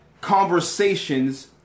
conversations